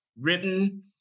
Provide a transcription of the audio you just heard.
written